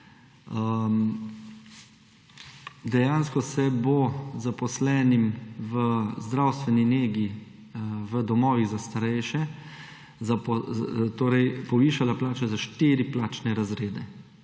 Dejansko se bo zaposlenim v zdravstveni negi v domovih za starejše povišala plača za 4 plačne razrede,